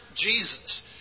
Jesus